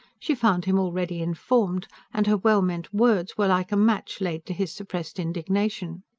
she found him already informed and her well-meant words were like a match laid to his suppressed indignation.